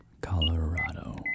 Colorado